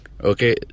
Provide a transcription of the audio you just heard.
Okay